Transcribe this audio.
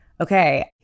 okay